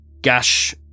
Gash